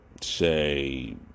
say